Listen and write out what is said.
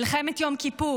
מלחמת יום כיפור,